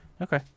okay